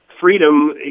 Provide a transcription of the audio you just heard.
freedom